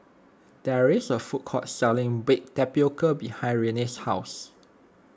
there is a food court selling Baked Tapioca behind Reina's house